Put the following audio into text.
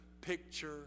picture